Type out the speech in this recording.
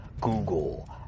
google